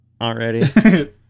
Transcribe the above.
already